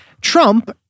Trump